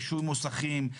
רישוי מוסכים,